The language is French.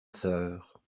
sœur